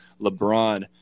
LeBron